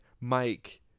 Mike